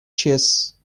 chess